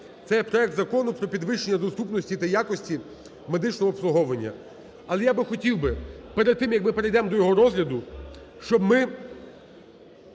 є проект Закону про підвищення доступності та якості медичного обслуговування. Але я би хотів би перед тим, як ми перейдемо до його розгляду, щоб ми